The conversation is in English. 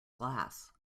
glass